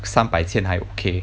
三百千还 okay